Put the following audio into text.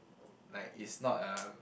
like it's not a